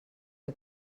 que